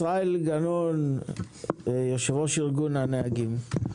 ישראל גנון, יושב-ראש ארגון הנהגים.